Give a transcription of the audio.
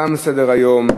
תם סדר-היום.